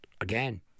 Again